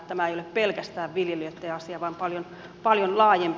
tämä ei ole pelkästään viljelijöitten asia vaan paljon laajempi